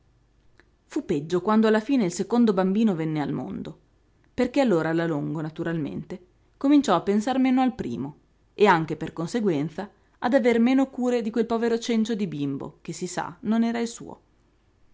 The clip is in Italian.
fu peggio quando alla fine il secondo bambino venne al mondo perché allora la longo naturalmente cominciò a pensar meno al primo e anche per conseguenza ad aver meno cure di quel povero cencio di bimbo che si sa non era il suo